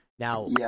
Now